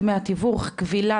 דמי התיווך קבילה,